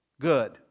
good